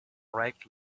right